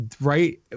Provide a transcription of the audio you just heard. right